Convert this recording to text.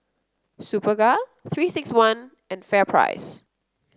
Superga Three six one and FairPrice